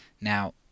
Now